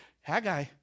Haggai